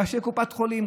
ראשי קופות חולים,